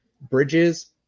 Bridges